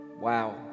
Wow